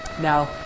Now